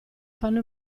fanno